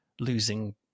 losing